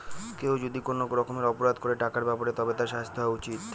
কেউ যদি কোনো রকমের অপরাধ করে টাকার ব্যাপারে তবে তার শাস্তি হওয়া উচিত